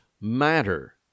matter